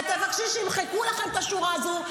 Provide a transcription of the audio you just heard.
ותבקשי שימחקו לכם את השורה הזו.